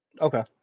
Okay